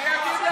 אני אגיד לך.